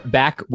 back